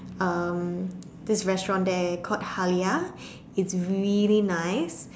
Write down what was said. um this restaurant there called Halia it's really nice